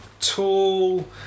tall